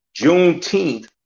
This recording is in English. Juneteenth